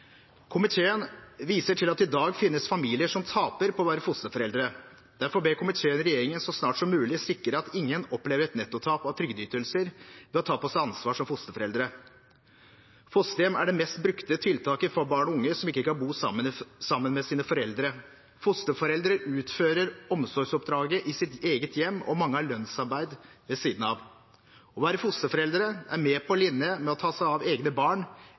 Komiteen viser til at det i dag finnes familier som taper på å være fosterforeldre. Derfor ber komiteen regjeringen så snart som mulig sikre at ingen opplever et nettotap av trygdeytelser ved å ta på seg ansvar som fosterforeldre. Fosterhjem er det mest brukte tiltaket for barn og unge som ikke kan bo sammen med sine foreldre. Fosterforeldre utfører omsorgsoppdraget i sitt eget hjem, og mange har lønnsarbeid ved siden av. Å være fosterforeldre er mer på linje med å ta seg av egne barn